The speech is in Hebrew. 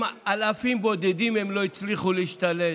אם על אלפים בודדים הם לא הצליחו להשתלט,